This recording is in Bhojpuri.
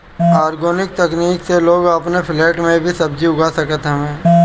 आर्गेनिक तकनीक से लोग अपन फ्लैट में भी सब्जी उगा सकत हवे